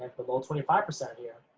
below twenty five percent here,